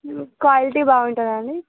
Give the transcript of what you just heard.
quality బాగుంటుందా అండి